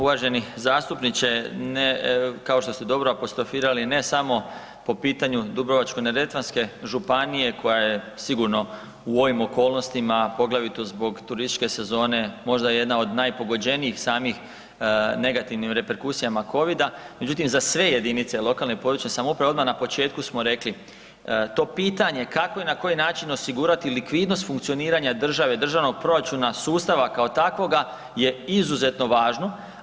Uvaženi zastupniče, kako što ste dobro apostrofirali ne samo po pitanju Dubrovačko-neretvanske županije koja je sigurno u ovim okolnostima, poglavito zbog turističke sezone možda jedna od najpogođenijih samih negativnih reperkusijama covida, međutim za sve jedinice lokalne i područne samouprave odmah na početku smo rekli to pitanje, kako i na koji način osigurati likvidnost funkcioniranja države, državnog proračuna, sustava kao takvoga je izuzetno važno.